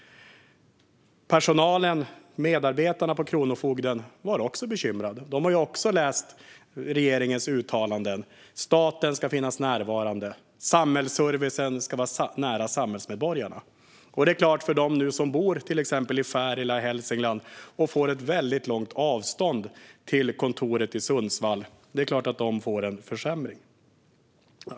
Medarbetarna på Kronofogden var också bekymrade. Även de har läst regeringens uttalanden om att staten ska vara närvarande och att samhällsservicen ska vara nära samhällsmedborgarna. De som bor i till exempel Färila i Hälsingland får ju nu väldigt långt till kontoret i Sundsvall, och det är självfallet en försämring.